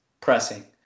pressing